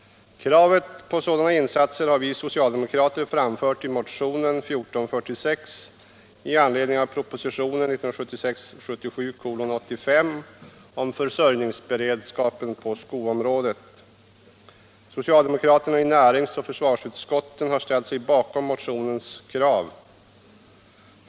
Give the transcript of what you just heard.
Kravet på sådana insatser har vi socialdemokrater framfört i motionen 1446 med anledning av propositionen 1976/77:85 om försörjningsberedskapen på skoområdet. Socialdemokraterna i näringsoch försvarsutskotten har ställt sig bakom motionens krav.